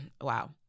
wow